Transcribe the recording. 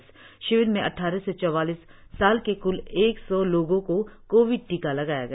इस शिविर में अडारह से चौवालीस साल के क्ल एक सौ लोगों को कोविड टीका लगाया गया